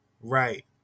right